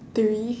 three